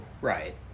Right